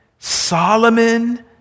Solomon